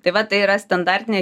tai va tai yra standartinė